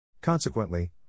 Consequently